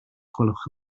gwelwch